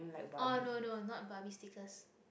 oh no no not barbie stickers